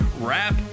rap